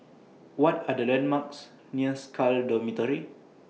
What Are The landmarks near Scal Dormitory